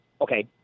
Okay